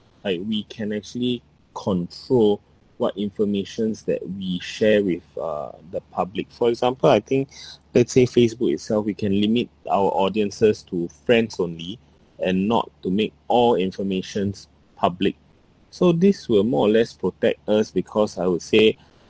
like we can actually so what informations that we share with uh the public for example I think let's say Facebook itself we can limit our audiences to friends only and not to make all informations public so this will more or less protect us because I would say